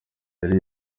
yari